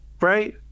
right